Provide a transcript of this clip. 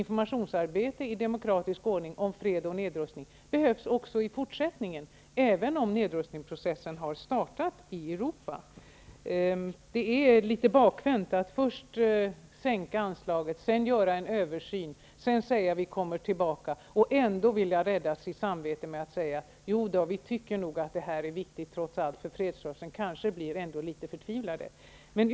Informationsarbete i demokratisk ordning om fred och nedrustning behövs även i fortsättningen, även om nedrustningsprocessen har startat i Europa. Det är litet bakvänt att först sänka anslaget, sedan göra en översyn, därefter säga att man kommer tillbaka och ändå vilja rädda sitt samvete med att säga att man nog trots allt tycker att det här är viktigt för annars kanske fredsrörelsen blir litet förtvivlad.